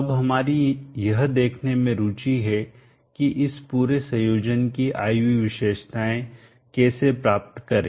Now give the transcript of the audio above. अब हमारी यह देखने में रुचि हैं कि इस पूरे संयोजन की I V विशेषताएं कैसे प्राप्त करें